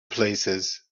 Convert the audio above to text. places